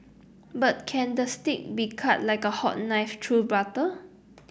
but can the steak be cut like a hot knife through butter